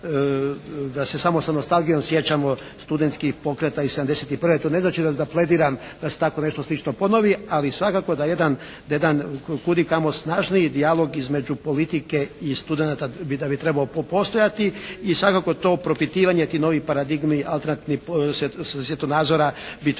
da se samo sa nostalgijom sjećamo studentskih pokreta iz '71. To ne znači da plediram da se tako nešto slično ponovi, ali svakako da jedan kudikamo snažniji dijalog između politike i studenata da bi trebao postojati i svakako to propitivanje tih novih paradigmi, alternativnih svjetonazora bi trebalo